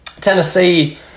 Tennessee